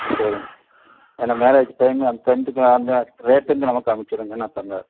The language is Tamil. ஆ சேரி ஏன்னால் மேரேஜு டைமு அந்த சமயத்துக்கு அந்த ரேட்டுங்க நமக்கு அனுச்சுடுங்க நான் தந்துடுறேன்